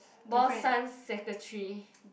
boss son secretary